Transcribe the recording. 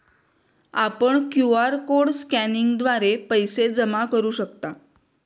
आपण QR code स्कॅनिंगद्वारे पैसे जमा करू शकतो